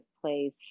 place